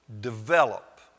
develop